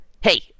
hey